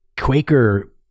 Quaker